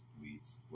weeds